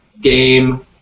Game